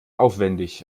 aufwendig